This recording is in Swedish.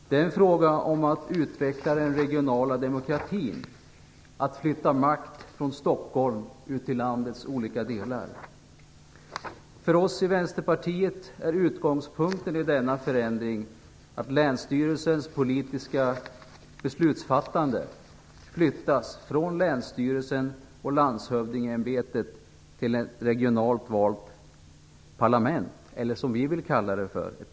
Det är en fråga om att utveckla den regionala demokratin, att flytta makt från För oss i Vänsterpartiet är utgångspunkten i denna förändring att länsstyrelsens politiska beslutsfattande flyttas från länsstyrelsen och landshövdingeämbetet till ett regionalt valt parlament, eller länsting som vi vill kalla det.